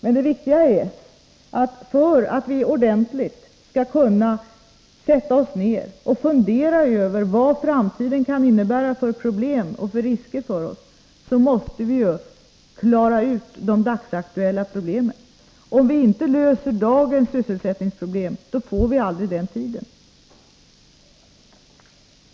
Men det viktiga är att vi, innan vi ordentligt kan sätta oss ner och fundera över vilka risker och problem framtiden kan innebära för oss, först måste klara ut dagens aktuella problem. Om vi inte löser dagens sysselsättningsproblem, får vi aldrig den tiden.